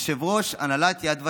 יושב-ראש הנהלת יד ושם.